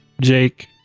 Jake